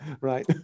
right